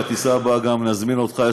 בטיסה הבאה נזמין גם אותך.